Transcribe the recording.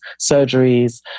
surgeries